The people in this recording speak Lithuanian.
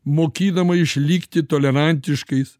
mokydama išlikti tolerantiškais